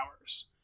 hours